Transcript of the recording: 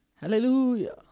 hallelujah